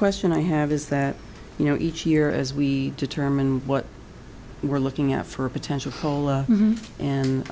question i have is that you know each year as we determine what we're looking at for a potential hole and